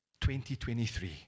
2023